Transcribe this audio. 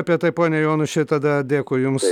apie tai pone jonuše tada dėkui jums